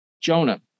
Jonah